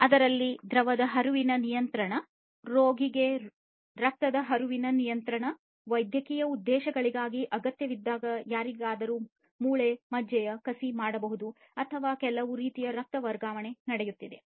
ಆದ್ದರಿಂದ ದ್ರವದ ಹರಿವಿನ ನಿಯಂತ್ರಣ ರೋಗಿಗೆ ರಕ್ತದ ಹರಿವಿನ ನಿಯಂತ್ರಣ ವೈದ್ಯಕೀಯ ಉದ್ದೇಶಗಳಿಗಾಗಿ ಅಗತ್ಯವಿದ್ದಾಗ ಯಾರಿಗಾದರೂ ಮೂಳೆ ಮಜ್ಜೆಯ ಕಸಿ ಮಾಡಬಹುದು ಅಥವಾ ಕೆಲವು ರೀತಿಯ ರಕ್ತ ವರ್ಗಾವಣೆ ನಡೆಯುತ್ತಿದೆ